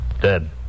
Dead